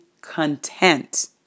content